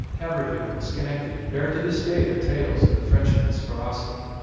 haverhill, and schenectady bear to this day their tales of the frenchman's ferocity,